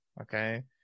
Okay